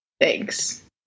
thanks